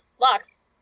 locks